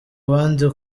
bandi